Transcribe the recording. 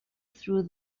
through